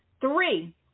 Three